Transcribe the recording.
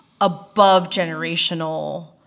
above-generational